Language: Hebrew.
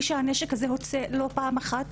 כשהנשק הזה יוצא לא פעם אחת,